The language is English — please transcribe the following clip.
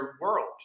world